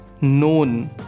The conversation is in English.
known